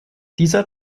dieser